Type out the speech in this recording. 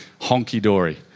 honky-dory